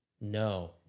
No